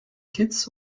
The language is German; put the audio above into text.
kitts